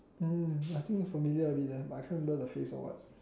oh I think familiar a bit ah but I can't remember the face or what